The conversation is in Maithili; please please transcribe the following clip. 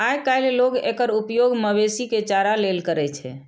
आइकाल्हि लोग एकर उपयोग मवेशी के चारा लेल करै छै